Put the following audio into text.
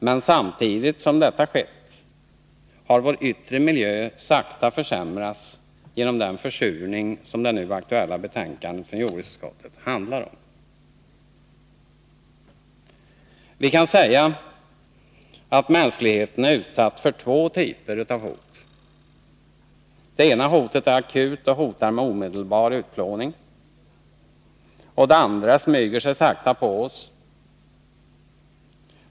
Men samtidigt som detta skett har vår yttre miljö sakta försämrats, genom den försurning som det nu aktuella betänkandet från jordbruksutskottet handlar om. Vi kan säga att mänskligheten är utsatt för två typer av hot. Det ena hotet är akut och medför omedelbar utplåning, och det andra smyger sig sakta på oss.